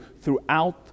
throughout